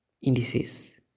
indices